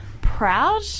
proud